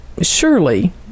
surely